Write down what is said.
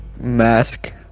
mask